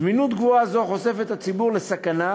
זמינות גבוהה זו חושפת את הציבור לסכנה,